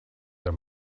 der